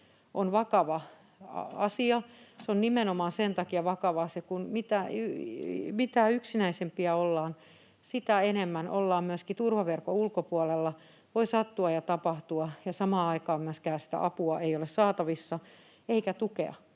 on vakava asia. Se on nimenomaan sen takia vakava asia, että kun mitä yksinäisempiä ollaan, sitä enemmän ollaan myöskin turvaverkon ulkopuolella. Voi sattua ja tapahtua, ja samaan aikaan myöskään sitä apua ei ole saatavissa eikä tukea